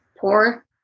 Poor